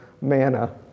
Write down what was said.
manna